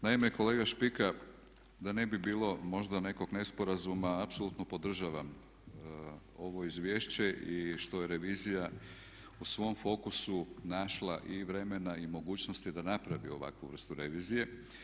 Naime kolega Špika, da ne bi bilo možda nekog nesporazuma, apsolutno podržavam ovo izvješće i što je revizija u svom fokusu našla i vremena i mogućnosti da napravi ovakvu vrstu revizije.